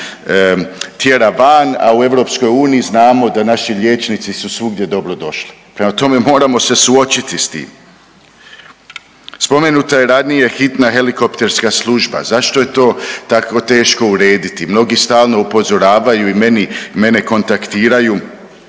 tjera van, a u EU znamo da naši liječnici su svugdje dobro došli. Prema tome, moramo se suočiti sa tim. Spomenuta je ranije hitna helikopterska služba. Zašto je to tako teško urediti? Mnogi stalno upozoravaju i mene kontaktiraju